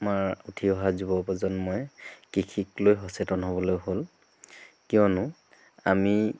আমাৰ উঠি অহা যুৱ প্ৰজন্মই কৃষিক লৈ সচেতন হ'বলৈ হ'ল কিয়নো আমি